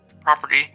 property